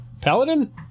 Paladin